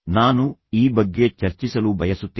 ನಾನು ಈ ಬಗ್ಗೆ ಚರ್ಚಿಸಲು ಬಯಸುತ್ತೇನೆ